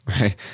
right